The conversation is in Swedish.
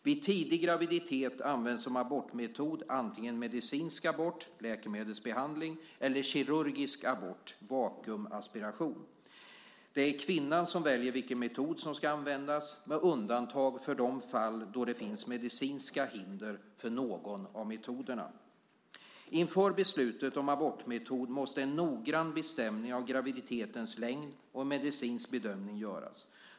Vid tidig graviditet används som abortmetod antingen medicinsk abort eller kirurgisk abort . Det är kvinnan som väljer vilken metod som ska användas, med undantag för de fall då det finns medicinska hinder för någon av metoderna. Inför beslut om abortmetod måste en noggrann bestämning av graviditetens längd och en medicinsk bedömning göras.